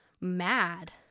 mad